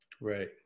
right